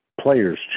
players